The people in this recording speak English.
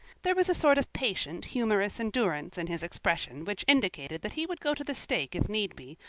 there was a sort of patient, humorous endurance in his expression which indicated that he would go to the stake if need be,